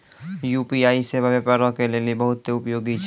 UPI सेबा व्यापारो के लेली बहुते उपयोगी छै